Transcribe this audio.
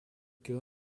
gil